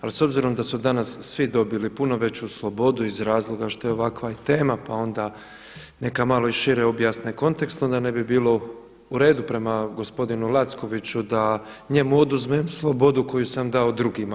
Ali s obzirom da su danas svi dobili puno veću slobodu iz razloga što je ovakva i tema, pa onda neka onda i malo šire objasne kontekst, onda ne bi bilo u redu prema gospodinu Lackoviću da njemu oduzmem slobodu koju sam dao drugima.